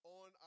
on